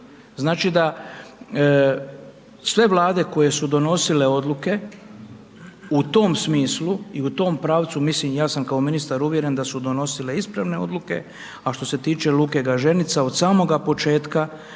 Znači da sve Vlade koje su donosile odluke u tom smislu i u tom pravcu, mislim ja sam kao ministar uvjeren da su donosile ispravne odluke, a što se tiče luke Gaženica od samoga početka